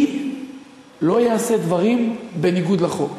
אני לא אעשה דברים בניגוד לחוק.